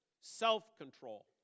self-control